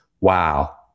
wow